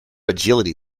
agility